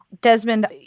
Desmond